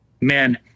man